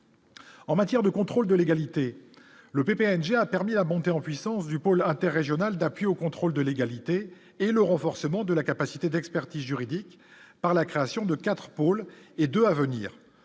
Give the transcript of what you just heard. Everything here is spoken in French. En matière de contrôle de légalité, le PSG a permis la montée en puissance du pôle interrégional d'appui au contrôle de légalité et le renforcement de la capacité d'expertise juridique par la création de 4 pôles et 2 à venir